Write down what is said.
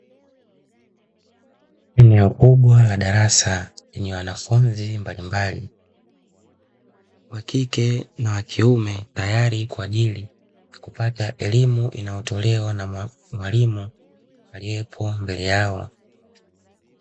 Eneo kubwa la darasa lenye wanafunzi mbalimbali, wa kike na wa kiume, tayari kwa ajili ya kupata elimu inayotolewa na mwalimu aliyepo mbele yao.